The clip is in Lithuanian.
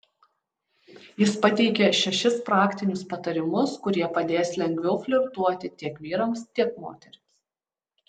jis pateikia šešis praktinius patarimus kurie padės lengviau flirtuoti tiek vyrams tiek moterims